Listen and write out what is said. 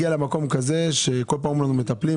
למקום כזה שכל פעם אומרים לנו מטפלים,